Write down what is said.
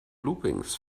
loopings